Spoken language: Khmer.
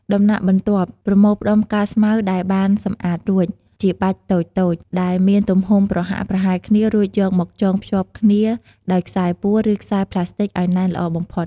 ដំណាក់បន្ទាប់គេប្រមូលផ្ដុំផ្កាស្មៅដែលបានសម្អាតរួច ជាបាច់តូចៗ ដែលមានទំហំប្រហាក់ប្រហែលគ្នារួចយកមកចងភ្ជាប់គ្នាដោយខ្សែពួរ ឬខ្សែផ្លាស្ទិចឲ្យណែនល្អបំផុត។